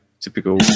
typical